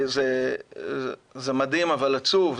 זה מדהים, אבל עצוב.